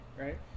right